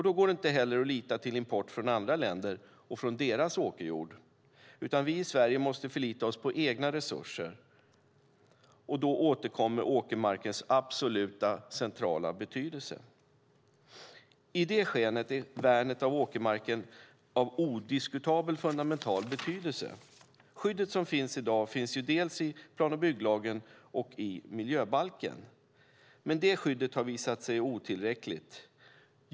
Det går då inte heller att lita till import från andra länder och från deras åkerjord, utan vi i Sverige måste förlita oss på egna resurser. Då återkommer åkermarkens absolut centrala betydelse. I det skenet är värnet av åkermarken av odiskutabel fundamental betydelse. Skyddet som finns i dag finns dels i plan och bygglagen och i miljöbalken, men det skyddet har visat sig otillräckligt.